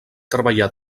treballar